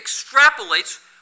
extrapolates